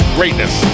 Greatness